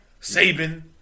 Saban